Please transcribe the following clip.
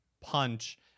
Punch